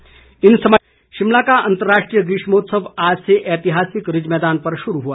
ग्रीष्मोत्सव शिमला का अंतर्राष्ट्रीय ग्रीष्मोत्सव आज से ऐतिहासिक रिज मैदान पर शुरू हुआ